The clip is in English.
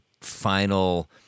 final